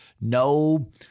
no